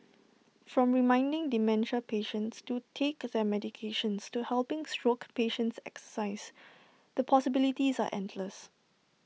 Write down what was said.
from reminding dementia patients to take their medications to helping stroke patients exercise the possibilities are endless